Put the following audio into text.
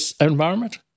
environment